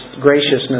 graciousness